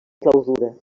clausura